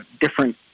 different